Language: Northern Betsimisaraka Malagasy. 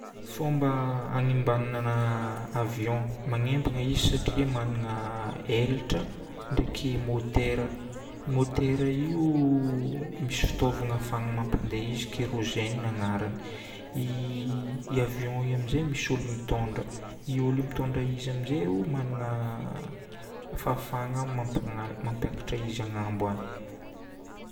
Fomba agnembanana avion. Magnembana izy satria magnana elatra, ndraiky môtera. Môtera io misy fitaovagna ahafahana mampandeha izy, kyrosène agnarany. I avion io amin'izay misy olo mitondra. I olo mitondra izy amin'izay magnana fahafahana mampanala- mampakatra izy agnambo agny.